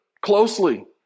closely